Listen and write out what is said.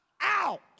out